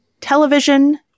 television